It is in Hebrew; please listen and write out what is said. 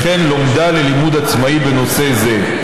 וכן לומדה ללימוד עצמאי בנושא זה.